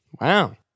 Wow